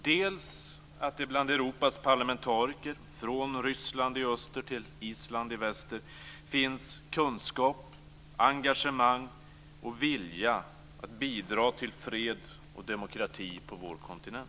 Det ena är att det bland Europas parlamentariker från Ryssland i öster till Island i väster finns kunskap, engagemang och vilja att bidra till fred och demokrati på vår kontinent.